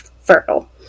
fertile